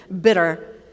bitter